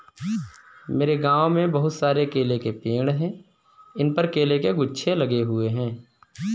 मेरे गांव में बहुत सारे केले के पेड़ हैं इन पर केले के गुच्छे लगे हुए हैं